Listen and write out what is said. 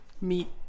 meet